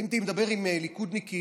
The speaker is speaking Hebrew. הייתי מדבר עם ליכודניקים,